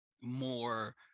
more